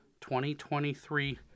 2023